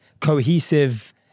cohesive